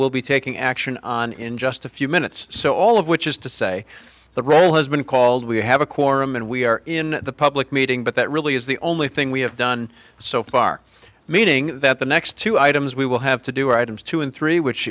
will be taking action on in just a few minutes so all of which is to say the role has been called we have a quorum and we are in the public meeting but that really is the only thing we have done so far meaning that the next two items we will have to do items two and three which